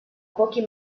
pochi